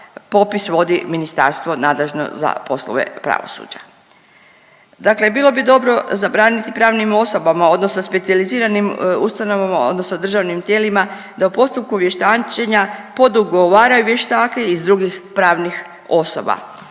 Popis vodi ministarstvo nadležno za poslove pravosuđa. Dakle, bilo bi dobro zabraniti pravnim osobama odnosno specijaliziranim ustanovama odnosno državnim tijelima da u postupku vještačenja podugovara vještake iz drugih pravnih osoba